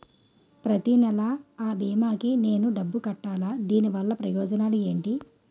ప్రతినెల అ భీమా కి నేను డబ్బు కట్టాలా? దీనివల్ల ప్రయోజనాలు ఎంటి?